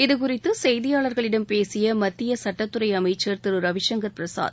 இது குறித்து செய்தியாளர்களிடம் பேசிய மத்திய சுட்டத்துறைத்துறை அமைச்சர் திரு ரவிசங்கர் பிரசாத்